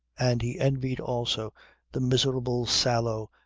and he envied also the miserable sallow,